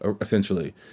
essentially